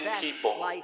people